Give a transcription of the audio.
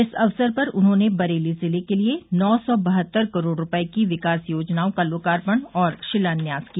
इस अवसर पर उन्होंने बरेली जिले के लिये नौ सौ बहत्तर करोड़ रूपये की विकास योजनाओं का लोकार्पण और शिलान्यास किया